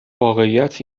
واقعیت